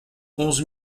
onze